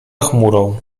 chmurą